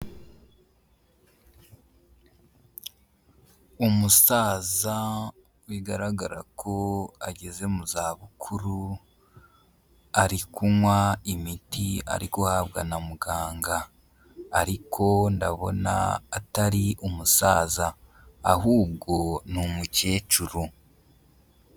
Umusaza bigaragara ko ageze mu zabukuru, ari kunywa imiti ari guhabwa na muganga ariko ndabona atari umusaza, ahubwo ni umukecuru.